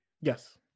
Yes